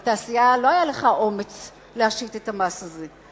על התעשייה לא היה לך אומץ להשית את המס הזה.